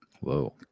whoa